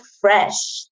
fresh